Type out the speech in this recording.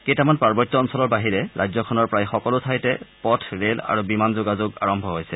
কেইটামান পাৰ্বত্য অঞ্চলৰ বাহিৰে ৰাজ্যখনৰ প্ৰায় সকলো ঠাইতে পথ ৰেল আৰু বিমান যোগাযোগ আৰম্ভ হৈছে